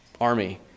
army